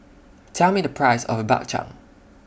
Tell Me The Price of Bak Chang